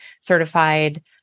certified